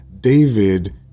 David